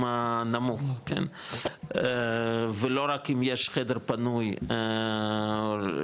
הנמוך ולא רק אם יש חדר פנוי לבודד,